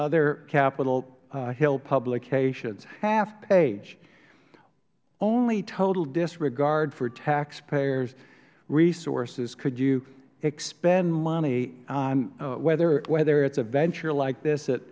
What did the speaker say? other capitol hill publications half page only total disregard for taxpayers resources could you expend money on whether it's a venture like this